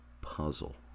puzzle